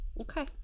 okay